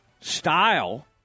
style